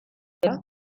dela